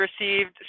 received